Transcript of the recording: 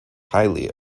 highly